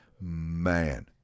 Man